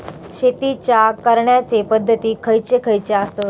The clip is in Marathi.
शेतीच्या करण्याचे पध्दती खैचे खैचे आसत?